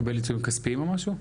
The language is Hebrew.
הוא קיבל עיצומים כספיים או משהו?